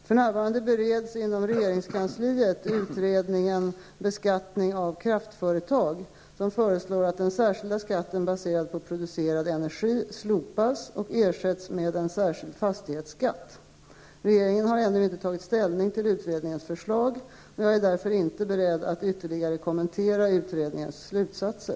För närvarande bereds inom regeringskansliet utredningen ''Beskattning av kraftföretag'', SOU 1991:8, som föreslår att den särskilda skatten baserad på producerad energi slopas och ersätts med en särskild fastighetsskatt. Regeringen har ännu inte tagit ställning till utredningens förslag. Jag är därför inte beredd att ytterligare kommentera utredningens slutsatser.